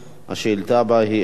השאילתא הבאה היא מס'